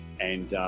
and